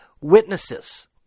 witnesses